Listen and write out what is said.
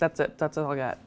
that's it that's all i got